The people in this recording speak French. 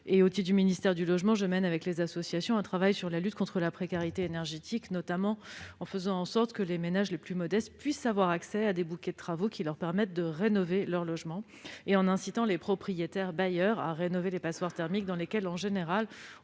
tant que ministre chargée du logement, je mène avec les associations un travail sur la lutte contre la précarité énergétique, notamment en faisant en sorte que les ménages les plus modestes puissent avoir accès à des bouquets de travaux qui leur permettent de rénover leur logement et en incitant les propriétaires bailleurs à rénover les passoires thermiques. En effet, en général,